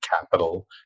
capital